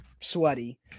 sweaty